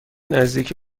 نزدیکی